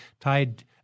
tied